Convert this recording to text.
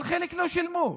אבל חלק לא שילמו,